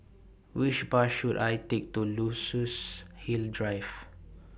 Which Bus should I Take to Luxus Hill Drive